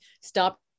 stop